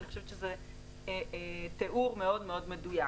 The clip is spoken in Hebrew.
אני חושבת שזה תיאור מאוד מאוד מדויק.